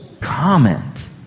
comment